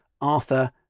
Arthur